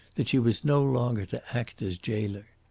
that she was no longer to act as jailer.